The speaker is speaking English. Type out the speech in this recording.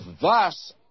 thus